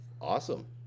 awesome